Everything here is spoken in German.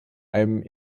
einem